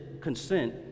consent